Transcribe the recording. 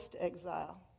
exile